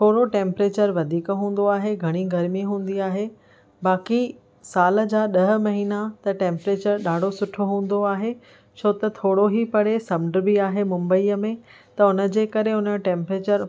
थोड़ो टैम्परेचर वधीक हूंदो आहे घणी गरमी हूंदी आहे बाक़ी साल जा ॾह महिना त टेम्परेचर ॾाढो सुठो हूंदो आहे छो त थोड़ो ही परे समुंडु बि आहे मुंबईअ में त उनजे करे उन जो टैम्परेचर